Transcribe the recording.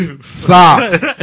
socks